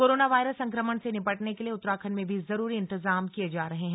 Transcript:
corona virus संक्रमण से निपटने के लिए उत्तराखंड में भी जरूरी इंतजाम किए जा रहे हैं